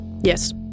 Yes